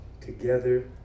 together